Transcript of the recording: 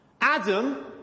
Adam